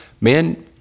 man